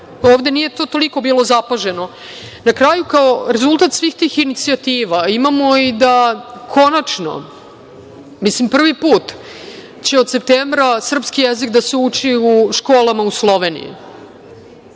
ovde nije to toliko bilo zapaženo. Na kraju, kao rezultat svih inicijativa imamo i konačno, mislim prvi put od septembra srpski jezik da se uči u školama u Sloveniji.